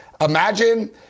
Imagine